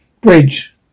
Bridge